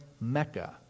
Mecca